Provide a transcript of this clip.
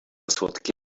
słodkie